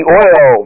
oil